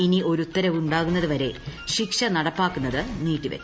ഇനി ഒരുപ്ത്തരവുണ്ടാകുന്നതു വരെ ശിക്ഷ നടപ്പാക്കുന്നത് നീട്ടില്ലച്ചു